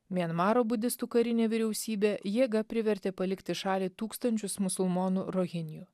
mianmaro budistų karinė vyriausybė jėga privertė palikti šalį tūkstančius musulmonų rohinijų